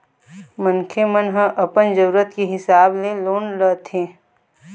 मनखे मन ह अपन जरुरत के हिसाब ले लोन ल लेथे